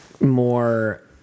More